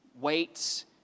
Weights